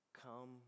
Come